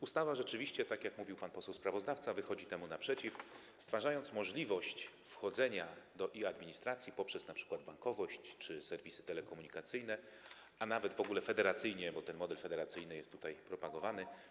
Ustawa rzeczywiście, tak jak mówił pan poseł sprawozdawca, wychodzi temu naprzeciw, stwarzając możliwość wchodzenia do e-administracji poprzez np. bankowość czy serwisy telekomunikacyjne, a nawet w ogóle federacyjnie, bo ten model federacyjny jest tutaj propagowany.